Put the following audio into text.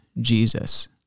Jesus